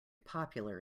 popular